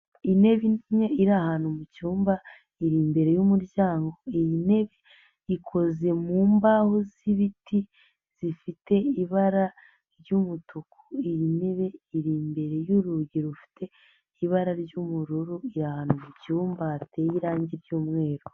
Intebe imwe iri ahantu mu cyumba iri imbere y'umuryango, iyi ntebe ikoze mu mbaho z'ibiti zifite ibara ry'umutuku, iyi ntebe iri imbere y'urugi rufite ibara ry'ubururu, iri mu cyumba hateye irangi ry'umweru.